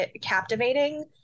captivating